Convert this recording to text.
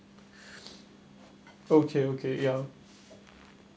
okay okay ya